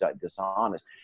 dishonest